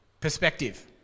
Perspective